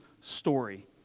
story